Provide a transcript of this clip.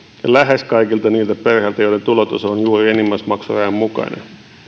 lähes kaikilta niiltä perheiltä joiden tulotaso on juuri enimmäismaksurajan mukainen